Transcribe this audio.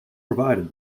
provided